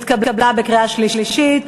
התקבלה בקריאה שלישית.